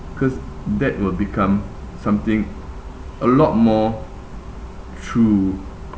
cause that will become something a lot more true